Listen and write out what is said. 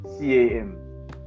CAM